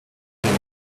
again